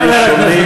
הראשונים,